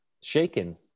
shaken